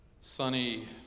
sunny